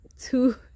two